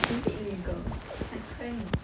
is it legal like cannot